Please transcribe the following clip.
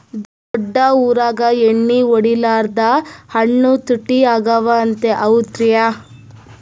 ದೊಡ್ಡ ಊರಾಗ ಎಣ್ಣಿ ಹೊಡಿಲಾರ್ದ ಹಣ್ಣು ತುಟ್ಟಿ ಅಗವ ಅಂತ, ಹೌದ್ರ್ಯಾ?